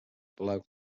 below